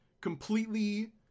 completely